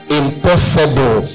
impossible